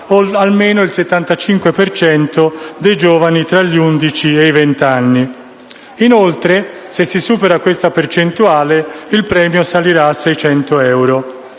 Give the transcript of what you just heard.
almeno il 75 per cento dei giovani tra gli undici e i vent'anni. Inoltre, se si supera questa percentuale, il premio salirà a 600 euro,